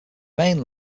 main